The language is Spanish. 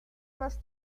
más